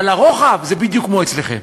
אבל הרוחב, זה בדיוק כמו אצלכם.